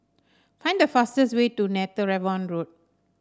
find the fastest way to Netheravon Road